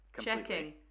Checking